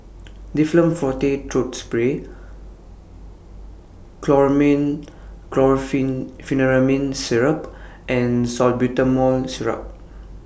Difflam Forte Throat Spray Chlormine Syrup and Salbutamol Syrup